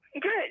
Good